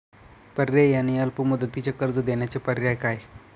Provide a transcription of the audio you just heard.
पर्यायी आणि अल्प मुदतीचे कर्ज देण्याचे पर्याय काय?